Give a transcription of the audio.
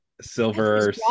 silver